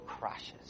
crashes